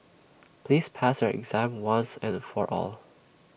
please pass your exam once and for all